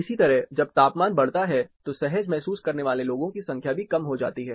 इसी तरह जब तापमान बढ़ता है तो सहज महसूस करने वाले लोगों की संख्या भी कम हो जाती है